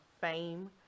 fame